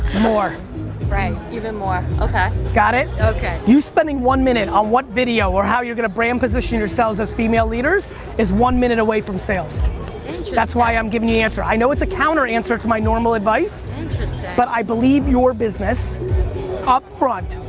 more right even more okay got it? okay you spending one minute on one video or how you're gonna brand position yourselves as female leaders is one minute away from sales interesting that's why i'm giving you the answer, i know it's a counter answer to my normal advice, interesting but i believe your business up front,